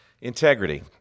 integrity